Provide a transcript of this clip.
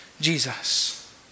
Jesus